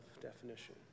definition